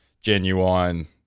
genuine